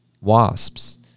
wasps